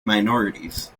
minorities